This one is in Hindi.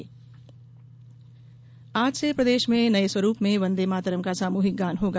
वंदे मातरम आज से प्रदेश में नये स्वरूप में वन्दे मातरम का सामूहिक गायन होगा